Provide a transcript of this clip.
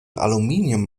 aluminium